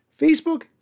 Facebook